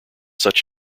such